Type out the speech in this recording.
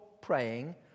praying